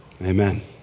Amen